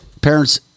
Parents